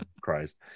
Christ